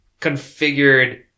configured